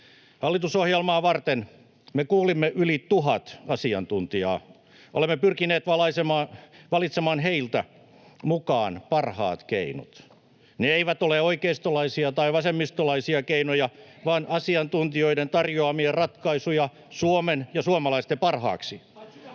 Hallitusohjelmaa varten me kuulimme yli tuhatta asiantuntijaa. Olemme pyrkineet valitsemaan heiltä mukaan parhaat keinot. Ne eivät ole oikeistolaisia tai vasemmistolaisia keinoja vaan asiantuntijoiden tarjoamia ratkaisuja Suomen ja suomalaisten parhaaksi.